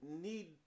need